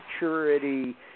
maturity